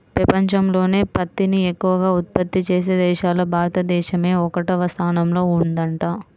పెపంచంలోనే పత్తిని ఎక్కవగా ఉత్పత్తి చేసే దేశాల్లో భారతదేశమే ఒకటవ స్థానంలో ఉందంట